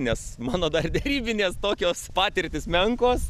nes mano dar dėrybinės tokios patirtys menkos